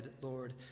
Lord